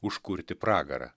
užkurti pragarą